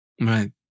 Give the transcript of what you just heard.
Right